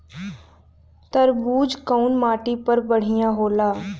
तरबूज कउन माटी पर बढ़ीया होला?